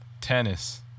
tennis